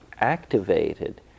activated